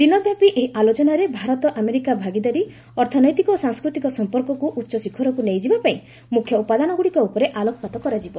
ଦିନବ୍ୟାପୀ ଏହି ଆଲୋଚନାରେ ଭାରତ ଆମେରିକା ଭାଗିଦାରୀ ଅର୍ଥନୈତିକ ଓ ସାଂସ୍କୃତିକ ସମ୍ପର୍କକୁ ଉଚ୍ଚଶିଖରକୁ ନେଇଯିବା ପାଇଁ ମୁଖ୍ୟ ଉପାଦାନଗୁଡ଼ିକ ଉପରେ ଆଲୋକପାତ କରାଯିବ